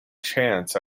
chance